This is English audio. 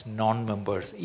non-members